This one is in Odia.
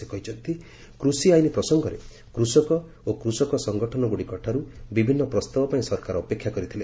ସେ କହିଛନ୍ତି କୂଷି ଆଇନ ପ୍ରସଙ୍ଗରେ କୃଷକ ଓ କୃଷକ ସଂଗଠନଗୁଡିକ ଠାର ବିଭିନ୍ନ ପ୍ରସ୍ତାବ ପାଇଁ ସରକାର ଅପେକ୍ଷା କରିଥିଲେ